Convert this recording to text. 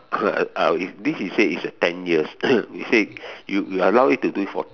uh this is say is a ten years you say you allow it to do it for